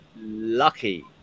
lucky